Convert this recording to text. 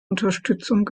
unterstützung